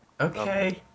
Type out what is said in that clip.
Okay